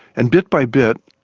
and bit by bit,